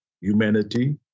humanity